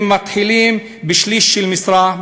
הם מתחילים בשליש משרה,